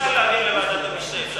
אי-אפשר להעביר לוועדת המשנה.